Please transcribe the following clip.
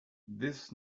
this